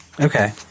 okay